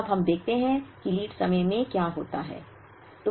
अब हम देखते हैं कि लीड समय में क्या होता है